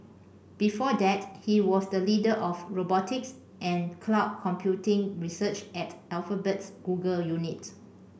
before that he was the leader of robotics and cloud computing research at Alphabet's Google unit